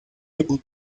able